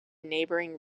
neighbouring